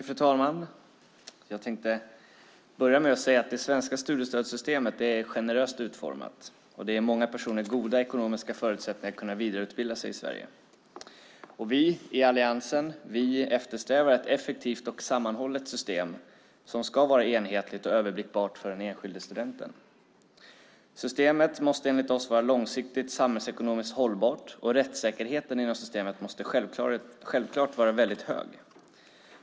Fru talman! Det svenska studiestödssystemet är generöst utformat. Det ger många personer goda ekonomiska förutsättningar att vidareutbilda sig i Sverige. Vi i Alliansen eftersträvar ett effektivt och sammanhållet system som ska vara enhetligt och överblickbart för den enskilda studenten. Systemet måste enligt oss vara långsiktigt, samhällsekonomiskt hållbart, och rättssäkerheten inom systemet måste självklart vara väldigt hög.